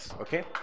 okay